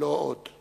לא עוד";